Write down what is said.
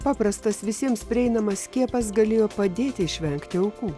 paprastas visiems prieinamas skiepas galėjo padėti išvengti aukų